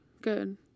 good